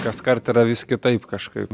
kaskart yra vis kitaip kažkaip